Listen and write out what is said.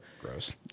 Gross